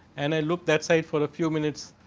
and i look that side for a few minutes.